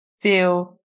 feel